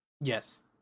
yes